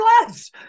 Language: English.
less